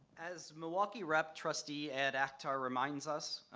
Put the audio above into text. as milwaukee rep trustee, ayad akhtar reminds us,